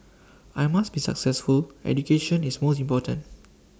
I must be successful education is most important